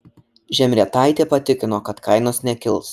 žemrietaitė patikino kad kainos nekils